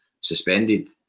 suspended